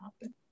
happen